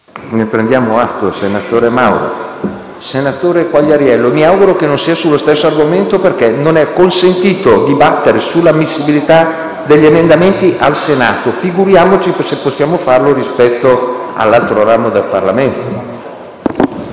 Ne ha facoltà, senatore Quagliariello, ma mi auguro che non sia sullo stesso argomento. Non è infatti consentito dibattere sulla ammissibilità degli emendamenti al Senato. Figuriamoci se possiamo farlo rispetto all'altro ramo del Parlamento.